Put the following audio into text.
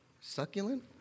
succulent